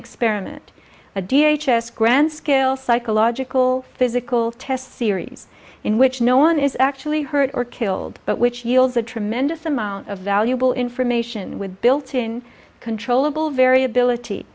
experiment a d h s s grand scale psychological physical test series in which no one is actually hurt or killed but which yields a tremendous amount of valuable information with a built in controllable variability